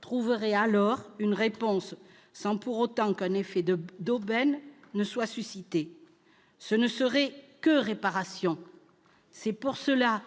trouverait alors une réponse, sans pour autant qu'un « effet d'aubaine » soit suscité. Ce ne serait que réparation. C'est pourquoi